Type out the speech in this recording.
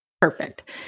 Perfect